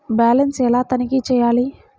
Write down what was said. Balance ఎలా తనిఖీ చేయాలి?